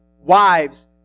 Wives